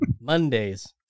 Mondays